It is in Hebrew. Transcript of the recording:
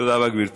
תודה רבה, גברתי.